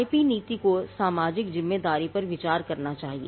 IP नीति को सामाजिक जिम्मेदारी पर विचार करना चाहिए